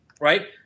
right